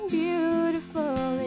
beautiful